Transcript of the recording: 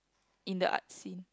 in the art scene